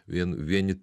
vien vieni